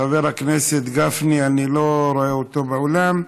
חבר הכנסת גפני, אני לא רואה אותו באולם.